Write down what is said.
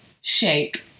shake